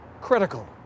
critical